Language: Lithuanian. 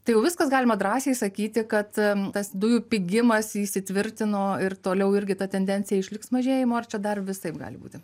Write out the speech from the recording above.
tai jau viskas galima drąsiai sakyti kad tas dujų pigimas įsitvirtino ir toliau irgi ta tendencija išliks mažėjimo ar čia dar visaip gali būti